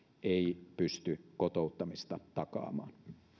ei pysty kotouttamista takaamaan